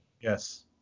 Yes